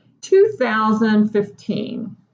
2015